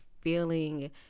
feeling